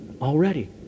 already